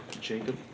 Jacob